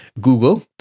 Google